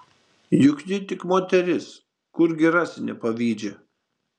juk ji tik moteris kurgi rasi nepavydžią